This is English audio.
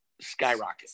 skyrocket